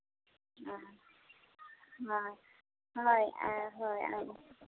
ᱮ ᱦᱳᱭ ᱦᱳᱭ ᱟᱨ